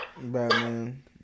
Batman